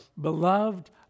beloved